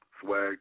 swag